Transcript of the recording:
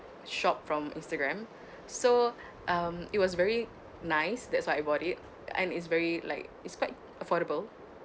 shop from Instagram so um it was very nice that's why I bought it and it's very like it's quite affordable